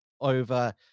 over